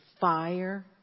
fire